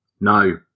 No